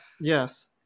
Yes